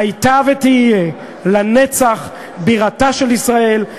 "הייתה ותהיה לנצח בירתה של ישראל,